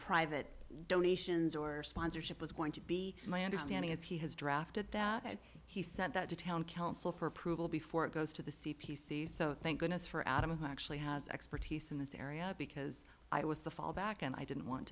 private donations or sponsorship is going to be my understanding as he has drafted that and he sent that to town council for approval before it goes to the c p c so thank goodness for adam who actually has expertise in this area because i was the fallback and i didn't want